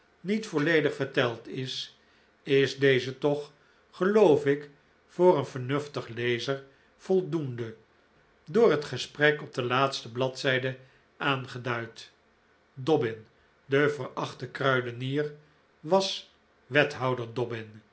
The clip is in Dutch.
niet volledig verteld is is deze toch geloof ik voor een vernuftig lezer voldoende door het gesprek op de laatste bladzijde aangeduid dobbin de verachte kruidenier was